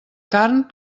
carn